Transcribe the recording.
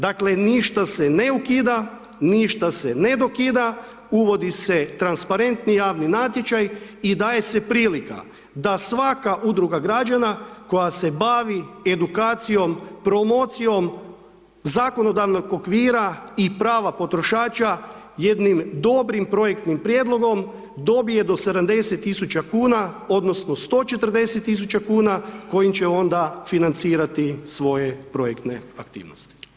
Dakle, ništa se ne ukida, ništa se ne dokida, uvodi se transparentni javni natječaj i daje se prilika da svaka udruga građana koja se bavi edukacijom, promocijom zakonodavnog okvira i prava potrošača jednim dobrim projektnim prijedlogom dobije to 70 tisuća kn, odnosno 140 tisuća kuna kojim će onda financirati svoje projektne aktivnosti.